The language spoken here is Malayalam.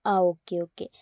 ആ ഓക്കെ ഓക്കെ